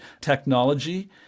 technology